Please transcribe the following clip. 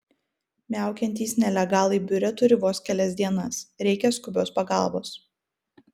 miaukiantys nelegalai biure turi vos kelias dienas reikia skubios pagalbos